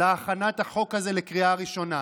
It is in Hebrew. להכנת החוק הזה לקריאה ראשונה.